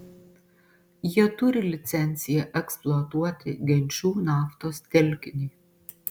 jie turi licenciją eksploatuoti genčų naftos telkinį